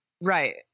Right